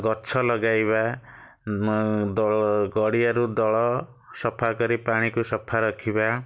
ଗଛ ଲଗାଇବା ଦଳ ଗଡ଼ିଆରୁ ଦଳ ସଫା କରି ପାଣିକୁ ସଫା ରଖିବା